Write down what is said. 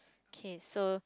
okay so